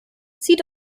zieht